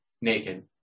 naked